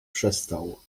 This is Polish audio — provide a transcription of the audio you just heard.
przestał